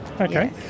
Okay